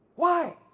why?